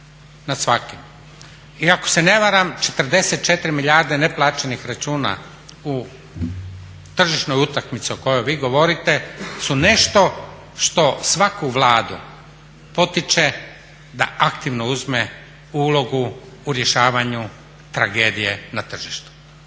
I ako se ne varam 44 milijarde neplaćenih računa u tržišnoj utakmici o kojoj vi govorite su nešto što svaku Vladu potiče da aktivno uzme ulogu u rješavanju tragedije na tržištu